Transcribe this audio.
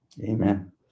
Amen